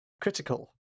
Critical